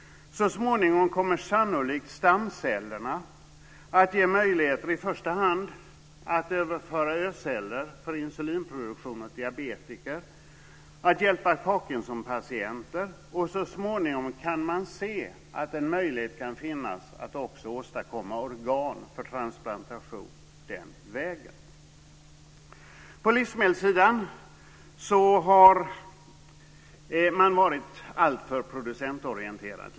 Så småningom kommer sannolikt stamcellerna att ge möjligheter i första hand att överföra ö-celler för insulinproduktion åt diabetiker men också att hjälpa parkinsonpatienter. Man kan se att det så småningom också kan finnas en möjlighet att åstadkomma organ för transplantation den vägen. På livsmedelssidan har man till en början varit alltför producentorienterad.